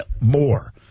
more